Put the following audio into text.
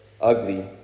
ugly